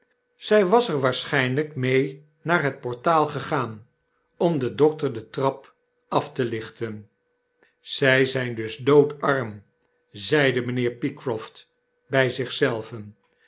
zij was er waarschynlijk mee naar het portaal gegaan om den dokter de trap af te lichten zy zyn dus doodarm zeide mynheer pycroft by zich